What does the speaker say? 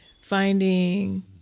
finding